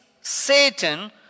Satan